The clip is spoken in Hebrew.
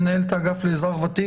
מנהלת אגף אזרח ותיק.